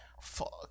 fuck